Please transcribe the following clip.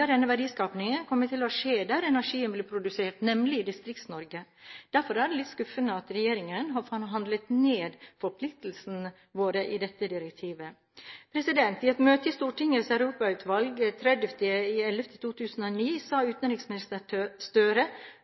denne verdiskapingen kommer til å skje der energien blir produsert, nemlig i Distrikts-Norge. Derfor er det litt skuffende at regjeringen har forhandlet ned forpliktelsene våre i dette direktivet. I et møte i Stortingets europautvalg 30. november 2009 sa utenriksminister Gahr Støre: